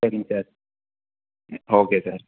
சரிங்க sir okay sir